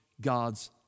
God's